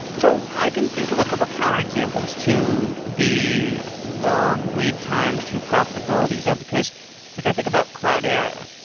so i can think of a couple of counter examples to the long lead time to profitability though, because like i think about cloudera,